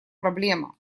проблема